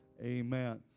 Amen